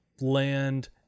land